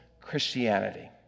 Christianity